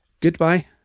Goodbye